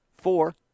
four